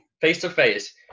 face-to-face